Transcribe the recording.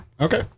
okay